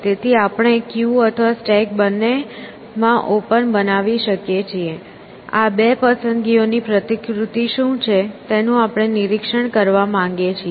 તેથી આપણે ક્યુ અથવા સ્ટેક બંનેમાં ઓપન બનાવી શકીએ છીએ આ બે પસંદગીઓની પ્રતિકૃતિ શું છે તેનું આપણે નિરીક્ષણ કરવા માંગીએ છીએ